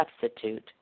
substitute